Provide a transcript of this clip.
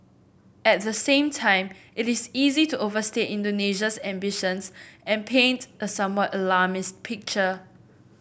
at the same time it is easy to overstate Indonesia's ambitions and paint a somewhat alarmist picture